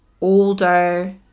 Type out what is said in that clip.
older